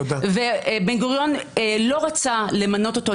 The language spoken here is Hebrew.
ובן-גוריון לא רצה למנות אותו,